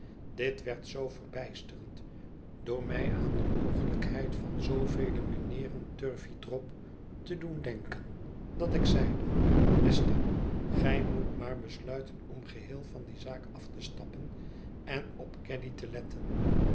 dit werd zoo verbijsterend door mij aan de mogelijkheid van zoovele mijnheeren turveydrop te doen denken dat ik zeide esther gij moet maar besluiten om geheel van die zaak af te stappen en op caddy te letten